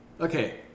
Okay